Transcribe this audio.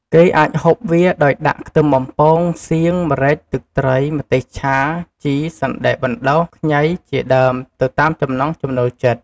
គេអាចហូបវាដោយដាក់ ខ្ទឹមបំពង សៀង ម្រេច ទឹកត្រី ម្ទេសឆា ជី សណ្តែកបណ្តុះ ខ្ញី ជាដើមទៅតាមចំណង់ចំណូលចិត្ត។